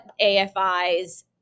AFI's